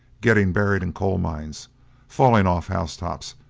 getting buried in coal-mines, falling off house-tops,